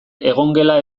egongela